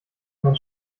mein